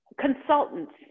consultants